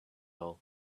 all